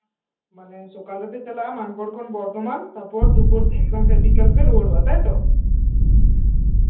ᱢᱟᱱᱮ ᱥᱚᱠᱟᱞ ᱨᱮᱯᱮ ᱪᱟᱞᱟᱜᱼᱟ ᱢᱟᱱᱠᱚᱲ ᱠᱷᱚᱱ ᱵᱚᱨᱫᱷᱚᱢᱟᱱ ᱛᱟᱨᱯᱚᱨ ᱫᱩᱯᱩᱨ ᱛᱮ ᱵᱟᱝᱠᱷᱟᱱ ᱵᱤᱠᱮᱞ ᱛᱮᱯᱮ ᱨᱩᱣᱟᱹᱲᱚᱜᱼᱟ ᱛᱟᱭ ᱛᱚ